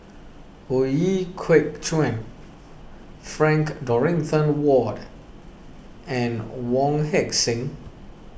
Ooi Kok Chuen Frank Dorrington Ward and Wong Heck Sing